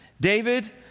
David